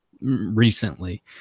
recently